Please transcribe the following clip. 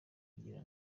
kugira